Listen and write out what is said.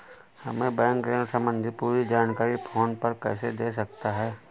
हमें बैंक ऋण संबंधी पूरी जानकारी फोन पर कैसे दे सकता है?